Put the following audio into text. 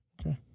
Okay